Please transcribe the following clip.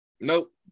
Nope